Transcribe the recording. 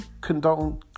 condone